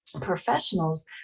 professionals